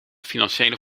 financiële